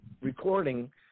recording